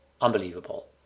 unbelievable